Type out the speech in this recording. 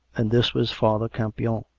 and this was father campion.